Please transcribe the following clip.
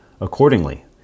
Accordingly